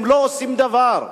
הם לא עושים דבר.